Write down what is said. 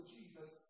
Jesus